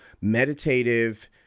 meditative